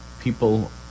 people